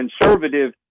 conservative